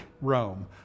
rome